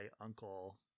uncle